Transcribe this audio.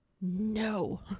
no